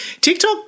TikTok